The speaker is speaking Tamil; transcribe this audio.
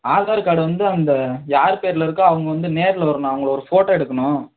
ஆதார் கார்டு வந்து அந்த யார் பேரில் இருக்கோ அவங்க வந்து நேரில் வரணும் அவங்களை ஒரு ஃபோட்டோ எடுக்கணும்